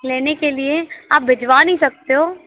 लेने के लिए आप भिजवा नहीं सकते हो